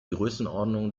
größenordnung